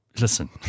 Listen